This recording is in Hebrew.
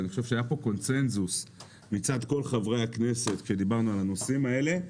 אני חושב שהיה פה קונצנזוס מצד כל חברי הכנסת כשדיברנו על הנושאים האלה.